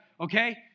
Okay